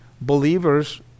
believers